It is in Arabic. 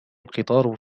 القطار